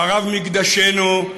חרב מקדשנו,